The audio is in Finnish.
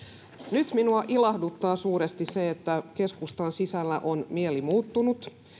nyt minua ilahduttaa suuresti se että keskustan sisällä on mieli muuttunut